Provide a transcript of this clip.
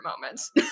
moments